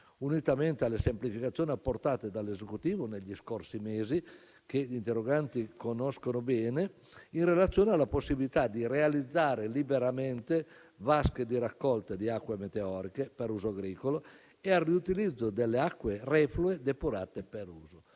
unitamente alle semplificazioni apportate dall'Esecutivo negli scorsi mesi, che gli interroganti conoscono bene, in relazione alla possibilità di realizzare liberamente vasche di raccolta di acque meteoriche per uso agricolo e al riutilizzo delle acque reflue depurate per l'uso.